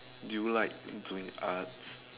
do you like doing arts